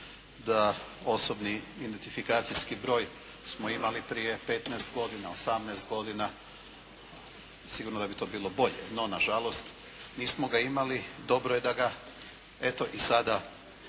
da osobni identifikacijski broj smo imali prije 15 godina, 18 godina, sigurno da bi to bilo bolje. No na žalost nismo ga imali, dobro je da ga eto i sada